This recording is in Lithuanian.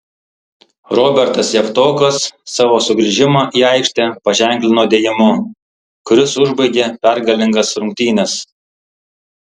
robertas javtokas savo sugrįžimą į aikštę paženklino dėjimu kuris užbaigė pergalingas rungtynes